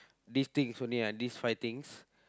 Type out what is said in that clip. these things only ah these five things